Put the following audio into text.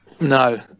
No